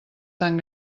tan